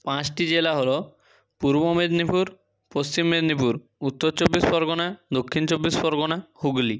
পাঁচটি জেলা হলো পূর্ব মেদিনীপুর পশ্চিম মেদিনীপুর উত্তর চব্বিশ পরগনা দক্ষিণ চব্বিশ পরগনা হুগলি